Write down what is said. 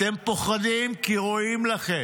אתם פוחדים כי רואים לכם.